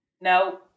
No